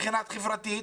ולחברה.